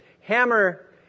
hammer